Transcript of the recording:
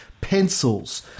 pencils